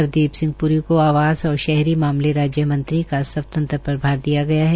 हरदीप सिंह प्री को आवास और शहरी मामले राज्य मंत्री का स्वंतन्न प्रभार दिया गया है